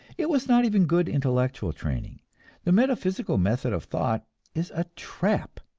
it was not even good intellectual training the metaphysical method of thought is a trap.